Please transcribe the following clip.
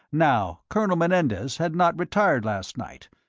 now, colonel menendez had not retired last night,